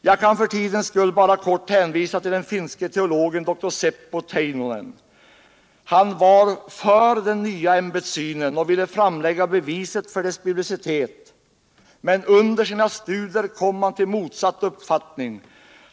Jag kan för tidens skull bara kort hänvisa till den finske teologen dr Seppo Teinonen. Han var för den nya ämbetssynen och ville framlägga beviset för dess biblicitet, men under sina studier kom han till motsatt uppfattning.